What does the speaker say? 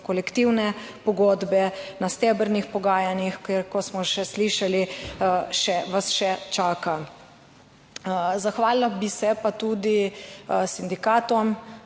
kolektivne pogodbe na stebrnih pogajanjih, ker ko smo še slišali vas še čaka. Zahvalila bi se pa tudi sindikatom.